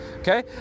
okay